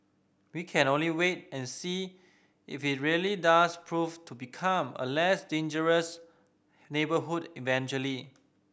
we can only wait and see if it really does prove to become a less dangerous neighbourhood eventually